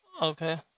Okay